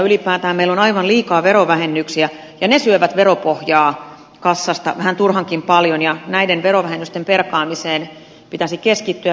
ylipäätään meillä on aivan liikaa verovähennyksiä ja ne syövät veropohjaa kassasta vähän turhankin paljon ja näiden verovähennysten perkaamiseen pitäisi keskittyä